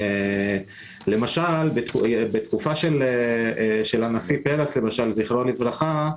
למשל בתקופה של הנשיא פרס זכרונו לברכה,